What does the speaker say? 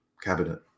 cabinet